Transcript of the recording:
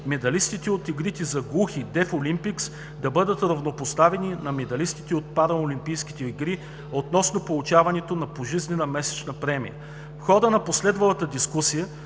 медалистите от игрите за глухи „Дефлимпикс“ да бъдат равнопоставени на медалистите от Параолимпийските игри относно получаването на пожизнена месечна премия. В хода на последвалата дискусия